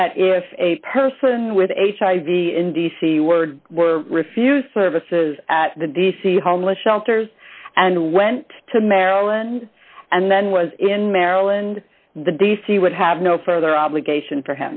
that if a person with hiv in d c were were refused services at the d c homeless shelters and went to maryland and then was in maryland the d c would have no further obligation for